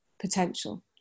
potential